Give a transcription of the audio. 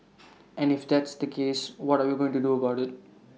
and if that's the case what are we going to do about IT